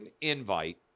invite